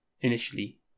initially